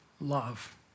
love